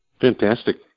Fantastic